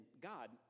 god